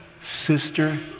Sister